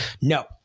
No